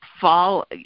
fall